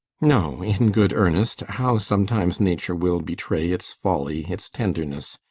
no, in good earnest how sometimes nature will betray its folly, its tenderness,